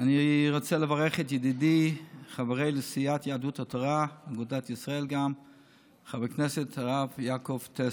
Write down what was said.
וגם אגודת ישראל חבר הכנסת הרב יעקב טסלר.